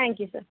thank you sir